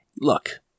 Look